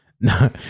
no